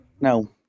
No